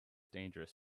dangerous